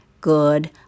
good